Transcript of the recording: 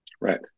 Right